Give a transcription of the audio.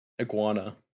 Iguana